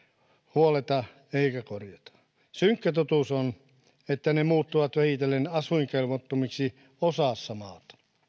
huolleta eikä korjata synkkä totuus on että ne muuttuvat vähitellen asuinkelvottomiksi osassa maata